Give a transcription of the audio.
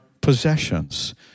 possessions